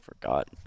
forgot